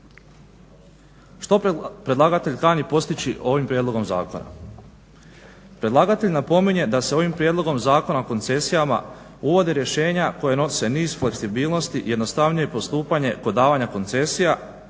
Što predlagatelj kani postići ovim prijedlogom zakona? Predlagatelj napominje da se ovim Prijedlogom zakona o koncesijama uvode rješenja koje nose niz fleksibilnosti, jednostavnije postupanje kod davanja koncesija